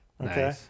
Okay